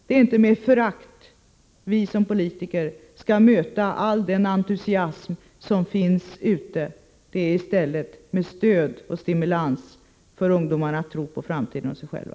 Det är inte med förakt vi som politiker skall möta all den entusiasm som finns ute bland ungdomarna, utan vi skall ge dem stöd och stimulans att tro på framtiden och sig själva.